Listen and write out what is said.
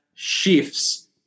shifts